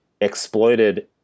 exploited